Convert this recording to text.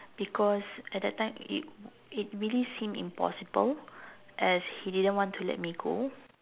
because at that time it it really seemed impossible as he didn't want to let me go